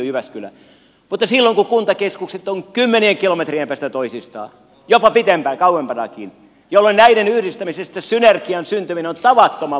mutta silloin kun kuntakeskukset ovat kymmenien kilometrien päässä toisistaan jopa kauempanakin näiden yhdistämisestä synergian syntyminen on tavattoman vaikeaa